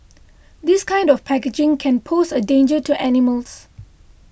this kind of packaging can pose a danger to animals